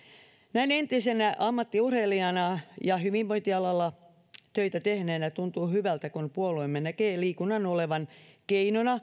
näin entisenä ammattiurheilijana ja hyvinvointialalla töitä tehneenä tuntuu hyvältä kun puolueemme näkee liikunnan olevan keino